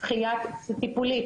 שחייה טיפולית,